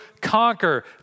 conquer